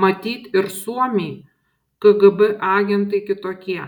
matyt ir suomiai kgb agentai kitokie